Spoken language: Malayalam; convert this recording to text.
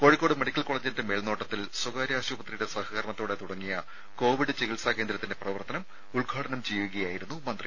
കോഴിക്കോട് മെഡിക്കൽ കോളേജിന്റെ മേൽനോട്ടത്തിൽ സ്വകാര്യ ആശുപത്രിയുടെ സഹകരണത്തോടെ തുടങ്ങിയ കോവിഡ് ഉദ്ഘാടനം ചികിത്സാ കേന്ദ്രത്തിന്റെ പ്രവർത്തനം ചെയ്യുകയായിരുന്നു മന്ത്രി